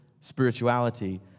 spirituality